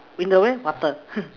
in the where water